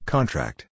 Contract